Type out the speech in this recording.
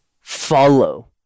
follow